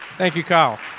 thank you carl.